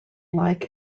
like